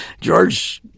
George